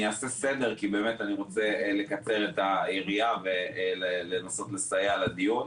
אני אעשה סדר כי באמת אני רוצה לקצר את היריעה ולנסות לסייע לדיון.